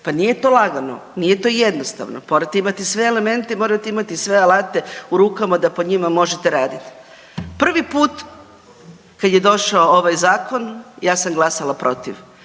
pa nije to lagano, nije to jednostavno, morate imati sve elemente i morate imati sve alate u rukama da po njima možete raditi. Prvi put kad je došao ovaj Zakon, ja sam glasala protiv,